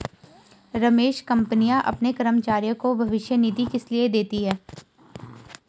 रमेश कंपनियां अपने कर्मचारियों को भविष्य निधि किसलिए देती हैं?